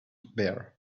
bare